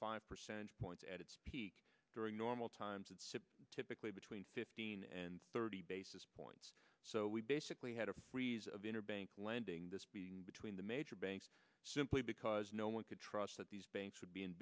five percentage points at its peak during normal times it's typically between fifteen and thirty basis points so we basically had a freeze of interbank lending this being between the major banks simply because no one could trust that these banks would be in